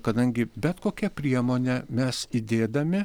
kadangi bet kokia priemone mes įdėdami